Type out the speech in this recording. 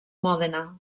mòdena